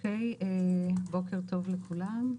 בוקר טוב לכולם.